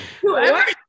whoever